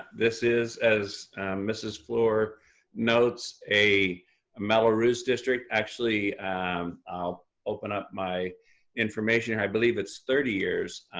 this is, as mrs. fluor notes, a mello-roos district. actually i'll open up my information, i believe it's thirty years.